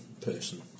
person